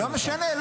לא משנה.